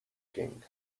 king